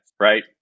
right